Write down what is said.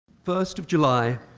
first of july,